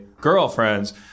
girlfriends